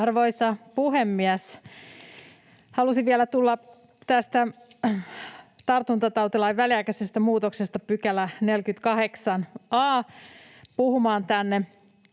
Arvoisa puhemies! Halusin vielä tulla tästä tartuntatautilain väliaikaisesta muutoksesta, 48 a §:stä, puhumaan tänne.